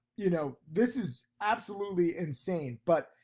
you know, this is absolutely insane. but,